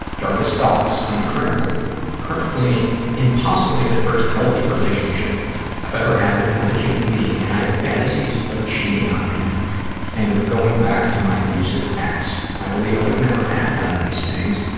darkest thoughts. i am currently currently in possibly the first healthy relationship i've ever had with another human being, and i have fantasies of cheating on him and of going back to my abusive ex. i believe i would never act on these things,